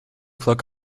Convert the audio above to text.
clog